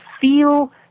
feel